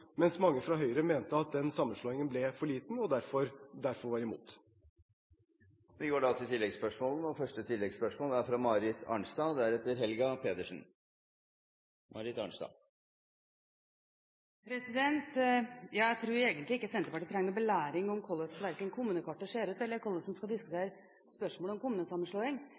mens mange fra Høyre mente at den sammenslåingen ble for liten, og derfor var imot. Det blir oppfølgingsspørsmål – først Marit Arnstad. Jeg tror egentlig ikke Senterpartiet trenger noen belæring verken om hvordan kommunekartet ser ut, eller om hvordan en skal diskutere spørsmålet om kommunesammenslåing.